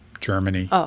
Germany